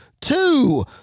Two